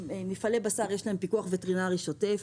מפעלים של מוצרי בשר יש להם פיקוח וטרינרי שוטף.